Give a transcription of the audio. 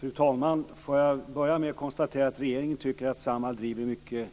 Fru talman! Jag vill börja med att konstatera att regeringen tycker att Samhall har en mycket